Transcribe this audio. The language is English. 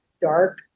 dark